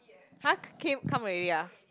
!huh! came come already ah